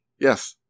Yes